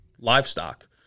livestock